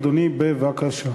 אדוני, בבקשה.